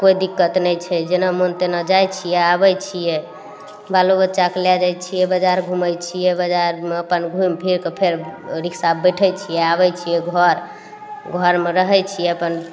कोइ दिक्कत नहि छै जेना मोन तेना जाइ छियै आबय छियै बालो बच्चाके लए जाइ छियै बजार घुमय छियै बजारमे अपन घूमि फिर के फेर रिक्शापर बैठय छियै आबय छियै घर घरमे रहय छियै अपन